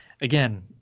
Again